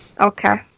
Okay